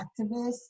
activists